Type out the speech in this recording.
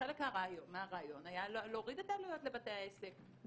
חלק מהרעיון היה להוריד את העלויות לבתי העסק.